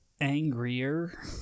angrier